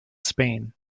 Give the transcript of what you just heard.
spain